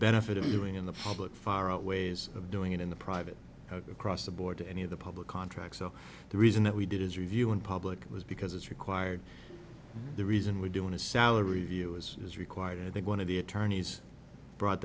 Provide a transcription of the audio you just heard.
benefit of doing in the public far outweighs of doing it in the private across the board to any of the public contracts so the reason that we did his review in public was because it's required the reason we're doing a salary view as is required and i think one of the attorneys brought